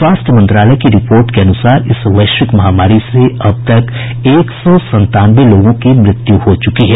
स्वास्थ्य मंत्रालय की रिपोर्ट के अनुसार इस वैश्विक महामारी से अब तक एक सौ संतानवे लोगों की मृत्यु हो चुकी है